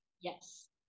yes